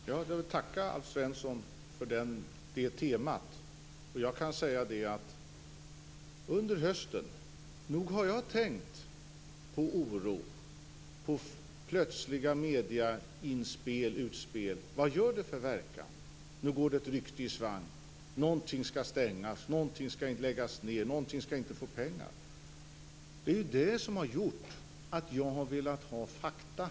Fru talman! Jag vill tacka Alf Svensson för det temat. Jag kan säga att jag under hösten nog har tänkt på oro och på vad plötsliga mediautspel gör för verkan. Nu är ett rykte i svang, någonting skall stängas, någonting skall läggas ned, någonting skall inte få pengar. Det är det som har gjort att jag har velat ha fakta.